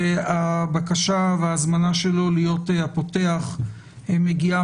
והבקשה וההזמנה שלו להיות הפותח מגיעה